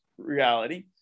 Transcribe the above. reality